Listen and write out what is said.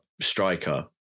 striker